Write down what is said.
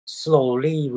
slowly